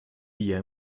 bier